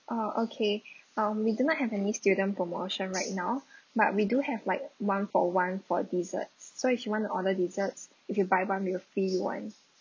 ah okay um we do not have any student promotion right now but we do have like one for one for dessert so if you want to order desserts if you buy buy it will free one